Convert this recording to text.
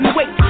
Wait